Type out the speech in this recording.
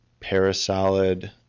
Parasolid